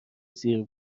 زیر